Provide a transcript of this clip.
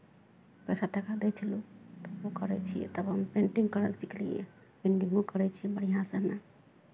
पैसा टाका दै छै लोक तऽ ओहो करै छियै तब हम पेन्टिंग करब सिखलियै पेन्टिंगो करै छियै बढ़िआँसँ हमे